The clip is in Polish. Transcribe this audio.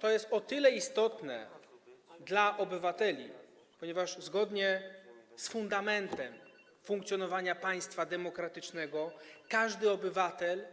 To jest istotne dla obywateli, ponieważ zgodnie z fundamentem funkcjonowania państwa demokratycznego każdy obywatel,